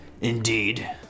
Indeed